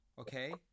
Okay